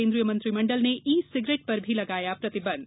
केन्द्रीय मंत्रिमण्डल ने ई सिगरेट पर भी लगाया प्रतिबंध